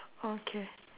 okay